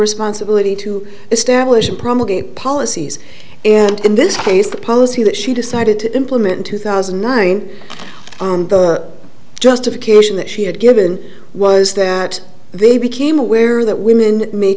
responsibility to establish promulgated policies and in this case the policy that she decided to implement two thousand and nine on the justification that she had given was that they became aware that women ma